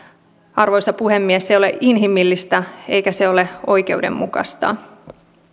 arvoisa puhemies inhimillistä eikä se ole oikeudenmukaista